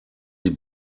sie